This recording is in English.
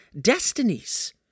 destinies